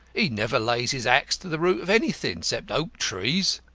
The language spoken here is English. he never lays his axe to the root of anything except oak trees.